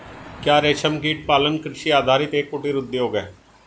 क्या रेशमकीट पालन कृषि आधारित एक कुटीर उद्योग है?